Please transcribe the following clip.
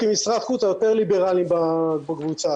כמשרד חוץ יותר ליברלים בקבוצה הזו.